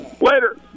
later